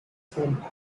same